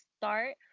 start